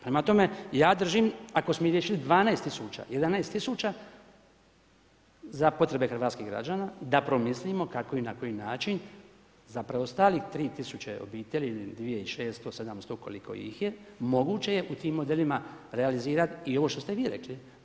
Prema tome, ja držim ako smo riješili 12 000, 11 000, za potrebe hrvatskih građana, da promislimo kak i na koji način za preostalih 3 000 obitelji ili 2 600, 2 7000, koliko ih je, moguće je u tim modelima realizirati i ovo što ste i vi rekli.